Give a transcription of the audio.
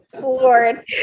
Lord